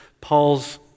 Paul's